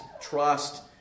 trust